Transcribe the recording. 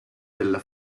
della